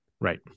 Right